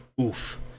oof